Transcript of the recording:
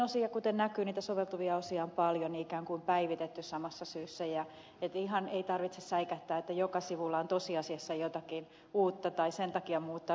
ja kuten näkyy niitä soveltuvia osia on paljon ne on ikään kuin päivitetty samassa syssyssä ihan ei tarvitse säikähtää että joka sivulla on tosiasiassa jotakin uutta tai sen takia muuttaa toiseen asuntoon